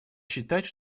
считать